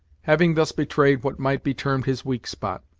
having thus betrayed what might be termed his weak spot,